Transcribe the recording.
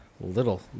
Little